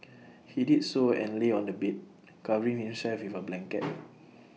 he did so and lay on the bed covering himself with A blanket